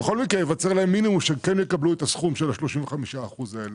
צריך שבכל מקרה הם יקבלו את הסכום מה-35% האלה.